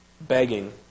begging